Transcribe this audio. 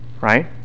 right